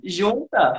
junta